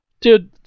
Dude